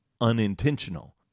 unintentional